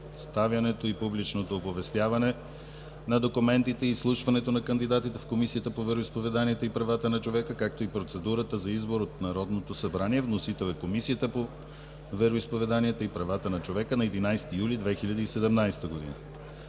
представянето и публичното оповестяване на документите и изслушването на кандидатите в Комисията по вероизповеданията и правата на човека, както и процедурата за избор от Народното събрание. Вносител е Комисията по вероизповеданията и правата на човека на 11 юли 2017 г.